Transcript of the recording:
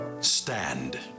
stand